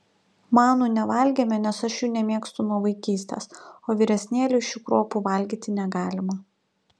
manų nevalgėme nes aš jų nemėgstu nuo vaikystės o vyresnėliui šių kruopų valgyti negalima